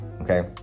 Okay